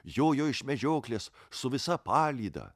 jojo iš medžioklės su visa palyda